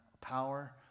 power